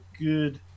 good